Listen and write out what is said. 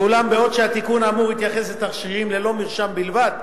ואולם בעוד התיקון האמור התייחס לתכשירים ללא מרשם בלבד,